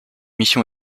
mission